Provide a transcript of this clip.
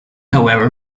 however